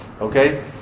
Okay